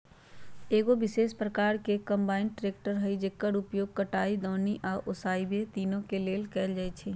एगो विशेष प्रकार के कंबाइन ट्रेकटर हइ जेकर उपयोग कटाई, दौनी आ ओसाबे इ तिनों के लेल कएल जाइ छइ